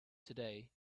today